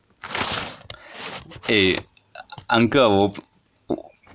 eh uncle 我我